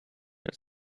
your